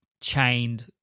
chained